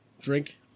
drink